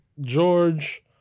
George